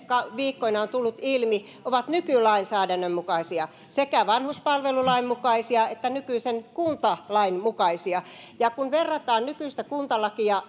viikkoina on tullut ilmi ovat nykylainsäädännön mukaisia sekä vanhuspalvelulain mukaisia että nykyisen kuntalain mukaisia ja kun verrataan nykyistä kuntalakia